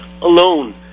alone